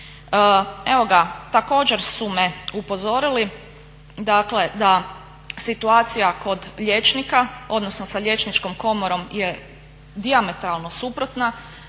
Evo ga, također su me upozorili, dakle da situacija kod liječnika, odnosno sa liječničkom komorom je dijametralno suprotna,